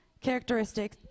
characteristic